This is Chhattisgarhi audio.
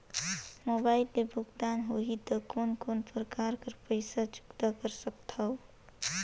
मोबाइल से भुगतान होहि त कोन कोन प्रकार कर पईसा चुकता कर सकथव?